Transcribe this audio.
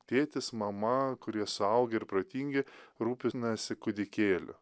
tėtis mama kurie suaugę ir protingi rūpinasi kūdikėliu